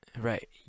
Right